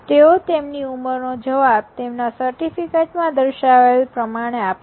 તેઓ તેમની ઉંમર નો જવાબ તેમના સર્ટિફિકેટ માં દર્શાવેલ પ્રમાણે આપશે